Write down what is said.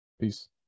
Peace